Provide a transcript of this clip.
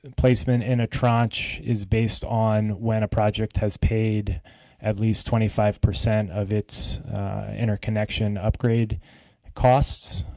and placement in a tranche is based on when a project has paid at least twenty five percent of its interconnection upgrade costs.